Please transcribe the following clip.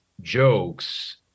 jokes